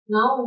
Now